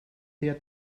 their